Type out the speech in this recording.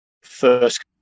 first